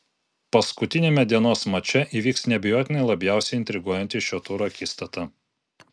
paskutiniame dienos mače įvyks neabejotinai labiausiai intriguojanti šio turo akistata